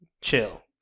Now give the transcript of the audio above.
chill